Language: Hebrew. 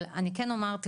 אבל אני כן אומר,